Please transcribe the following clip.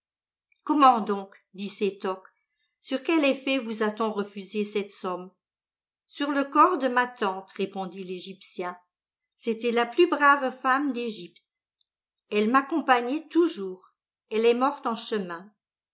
comment donc dit sétoc sur quel effet vous a-t-on refusé cette somme sur le corps de ma tante répondit l'égyptien c'était la plus brave femme d'egypte elle m'accompagnait toujours elle est morte en chemin